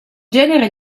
genere